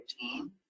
team